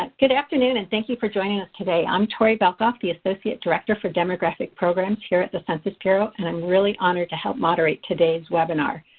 um good afternoon and thank you for joining us today. i'm tori velkoff, the associate director for demographic programs here at the census bureau and i'm really honored to help moderate today's webinar.